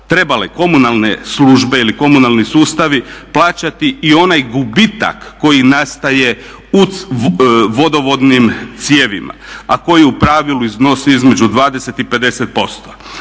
trebale komunalne službe ili komunalni sustavi plaćati i onaj gubitak koji nastaje u vodovodnim cijevima, a koji u pravilu iznosi između 20 i 50%. Ako